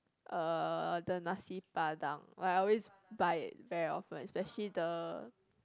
uh the nasi-padang I always buy it very often especially the